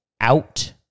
out